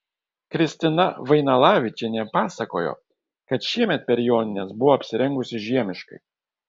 kristina vainalavičienė pasakojo kad šiemet per jonines buvo apsirengusi žiemiškai